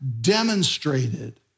demonstrated